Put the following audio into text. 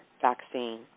vaccine